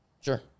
Sure